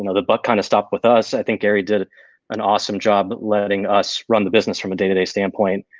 you know the buck kind of stopped with us. i think gary did an awesome job letting us run the business from a day to day standpoint,